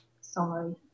Sorry